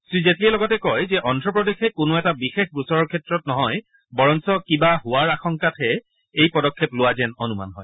শ্ৰী জেটলীয়ে লগতে কয় যে অন্ধ্ৰপ্ৰদেশে কোনো এটা বিশেষ গোচৰৰ ক্ষেত্ৰত নহয় বৰঞ্চ কিবা হোৱাৰ আশংকাতহে এনে পদক্ষেপ লোৱা যেন অনুমান হয়